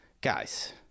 Guys